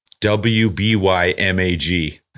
W-B-Y-M-A-G